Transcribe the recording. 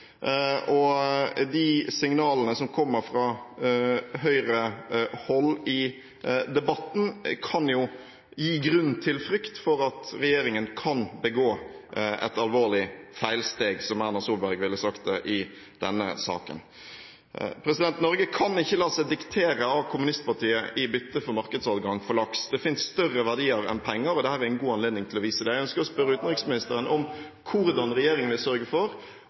og de signalene som kommer fra Høyre-hold i debatten, kan jo gi grunn til frykt for at regjeringen kan begå et alvorlig feilsteg – som Erna Solberg ville sagt det – i denne saken. Norge kan ikke la seg diktere av kommunistpartiet i bytte mot markedsadgang for laks. Det finnes større verdier enn penger, og dette er en god anledning til å vise det. Jeg ønsker å spørre utenriksministeren om hvordan regjeringen vil sørge for